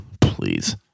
please